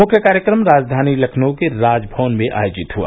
मुख्य कार्यक्रम राजधानी लखनऊ के राजभवन में आयोजित हुआ